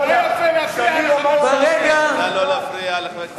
שמיר אמר עליו שהוא איש מסוכן.